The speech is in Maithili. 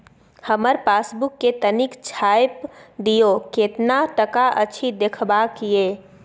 हमर पासबुक के तनिक छाय्प दियो, केतना टका अछि देखबाक ये?